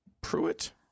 Pruitt